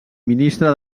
ministre